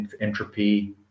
entropy